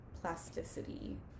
plasticity